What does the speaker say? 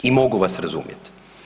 I mogu vas razumjeti.